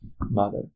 mother